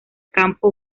campo